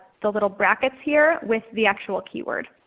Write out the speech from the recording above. the little brackets here with the actual keyword.